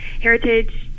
heritage